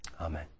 Amen